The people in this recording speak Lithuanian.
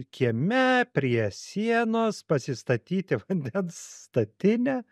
kieme prie sienos pasistatyti vandens statinę